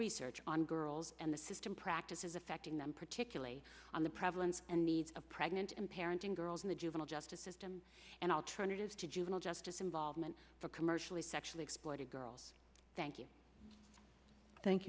research on girls and the system practices affecting them particularly on the prevalence and needs of pregnant and parenting girls in the juvenile justice system and alternatives to juvenile justice involvement for commercially sexually exploited girls thank you thank